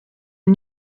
een